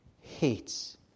hates